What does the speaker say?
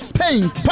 paint